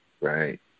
right